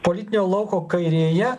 politinio lauko kairėje